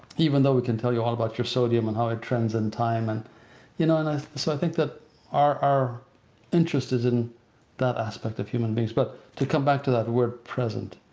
even though we can tell you all about your sodium and how it trends in time. and you know and so i think that our our interest is in that aspect of human beings, but to come back to that word present.